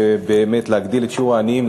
להגדיל את שיעור העניים,